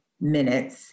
minutes